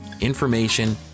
information